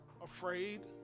afraid